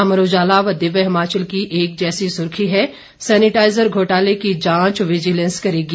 अमर उजाला व दिव्य हिमाचल की एक जैसी सुर्खी है सैनिटाइजर घोटाले की जांच विजिलेंस करेगी